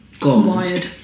Wired